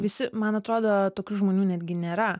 visi man atrodo tokių žmonių netgi nėra